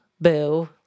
boo